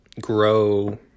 grow